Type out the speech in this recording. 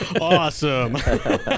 awesome